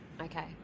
Okay